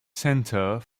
center